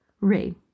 Ray